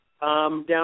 down